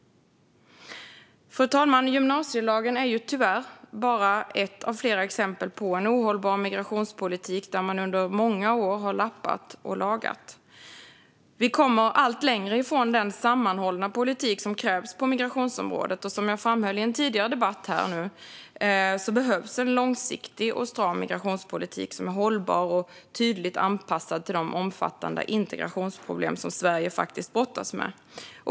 Fru talman! Gymnasielagen är tyvärr bara ett av flera exempel på en ohållbar migrationspolitik, där man under många år har lappat och lagat. Vi kommer allt längre från den sammanhållna politik som krävs på migrationsområdet. Som jag framhöll i en tidigare debatt i dag behövs en långsiktig och stram migrationspolitik som är hållbar och tydligt anpassad till de omfattande integrationsproblem som Sverige faktiskt brottas med.